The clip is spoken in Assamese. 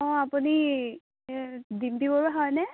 অঁ আপুনি এই ডিম্পী বৰুৱা হয়নে